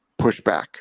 pushback